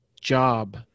job